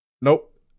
Nope